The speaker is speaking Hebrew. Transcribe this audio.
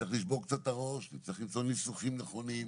צריך לשבור קצת את הראש, למצוא ניסוחים נכונים.